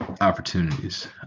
opportunities